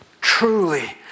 Truly